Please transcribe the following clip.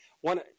one